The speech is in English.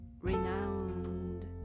renowned